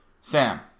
Sam